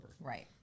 Right